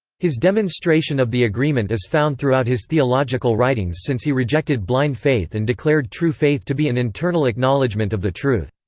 his demonstration of the agreement is found throughout his theological writings since he rejected blind faith and declared true faith to be an internal acknowledgement of the truth.